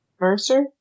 Mercer